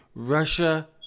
Russia